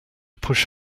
push